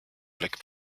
black